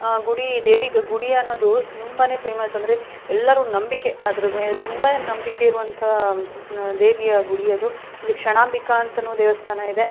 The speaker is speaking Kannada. ಗುಡಿ ದೇವಿಗೆ ಗುಡಿ ಅನ್ನೋದು ತುಂಬನೇ ಫೇಮಸ್ ಅಂದರೆ ಎಲ್ಲರೂ ನಂಬಿಕೆ ಅದರ ಮೇಲೆ ತುಂಬನೇ ನಂಬಿಕೆ ಇರುವಂಥ ದೇವಿಯ ಗುಡಿ ಅದು ಇಲ್ಲಿ ಕ್ಷಣಾಂಬಿಕಾ ಅಂತನೂ ದೇವಸ್ಥಾನ ಇದೆ